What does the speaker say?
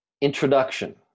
introduction